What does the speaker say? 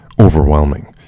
overwhelming